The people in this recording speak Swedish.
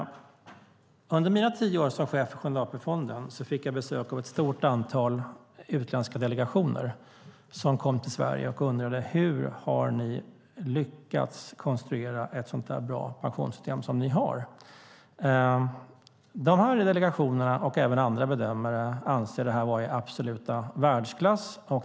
Under mina tio år som chef för Sjunde AP-fonden fick jag besök av ett stort antal utländska delegationer som kom till Sverige och undrade: Hur har ni lyckats att konstruera ett sådant bra pensionssystem som ni har? De delegationerna och även andra bedömare anser det vara i absolut världsklass.